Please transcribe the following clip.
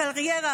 על קריירה,